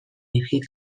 dizkit